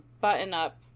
button-up